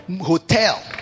hotel